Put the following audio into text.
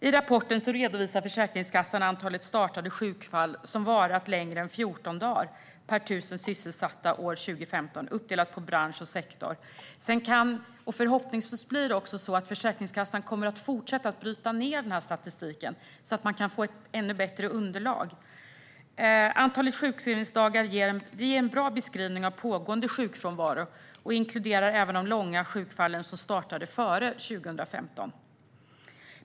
I rapporten redovisar Försäkringskassan antalet startade sjukfall som varat längre än 14 dagar per 1 000 sysselsatta år 2015, uppdelat på bransch och sektor. Sedan kan det - förhoppningsvis - bli så att Försäkringskassan fortsätter att bryta ned statistiken så att vi kan få ett ännu bättre underlag. Antalet sjukskrivningsdagar ger en bra beskrivning av pågående sjukfrånvaro och inkluderar även de långa sjukfallen, som startade före 2015.